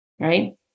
right